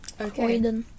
Okay